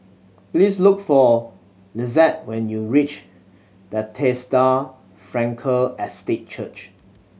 please look for Lissette when you reach Bethesda Frankel Estate Church